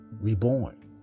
reborn